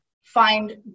find